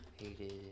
hated